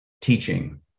teaching